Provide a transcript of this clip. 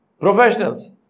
professionals